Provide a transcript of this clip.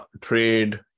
trade